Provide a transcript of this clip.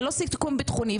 זה לא סיכון ביטחוני,